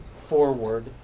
forward